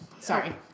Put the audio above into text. Sorry